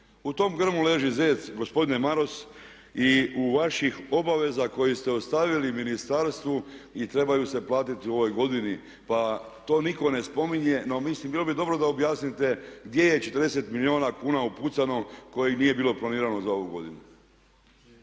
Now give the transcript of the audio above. U tom grmu leži zec gospodine Maras i u vaših obaveza koje ste ostavili ministarstvu i trebaju se platiti u ovoj godini, pa to nitko ne spominje. No mislim bilo bi dobro da objasnite gdje je 40 milijuna kuna upucano kojih nije bilo planirano za ovu godinu.